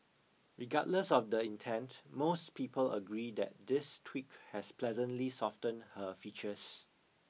regardless of the intent most people agree that this tweak has pleasantly softened her features